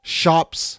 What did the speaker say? shops